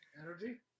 Energy